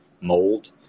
mold